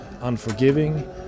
unforgiving